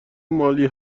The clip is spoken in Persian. مالی